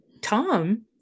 Tom